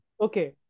Okay